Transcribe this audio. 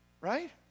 right